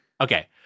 Okay